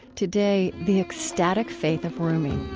today, the ecstatic faith of rumi.